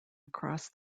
across